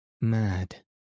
mad